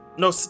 No